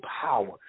power